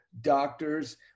doctors